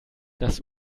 das